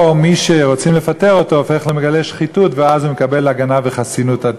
או שמי שרוצים לפטר אותו הופך למגלה שחיתות ואז הוא מקבל הגנה וחסינות.